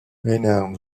reinhard